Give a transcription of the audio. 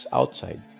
outside